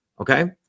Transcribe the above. okay